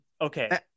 Okay